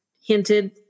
hinted